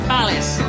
Palace